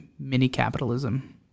Mini-capitalism